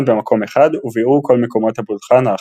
במקום אחד וביעור כל מקומות הפולחן האחרים.